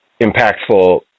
impactful